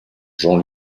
jean